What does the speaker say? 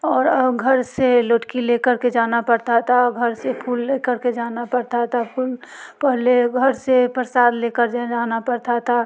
और अब घर से लोटकी ले कर के जाना पड़ता था घर से फूल ले कर के जाना पड़ता था फुल पहले घर से प्रसाद ले कर जाना पड़ता था